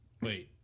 Wait